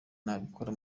nabikora